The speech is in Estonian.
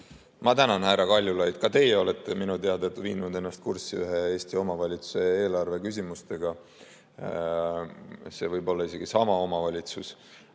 Ma tänan, härra Kaljulaid! Ka teie olete minu teada viinud ennast kurssi ühe Eesti omavalitsuse eelarveküsimustega. See võib olla isegi sama omavalitsus.